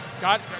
got